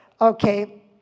Okay